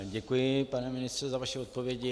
Děkuji, pan ministře, za vaše odpovědi.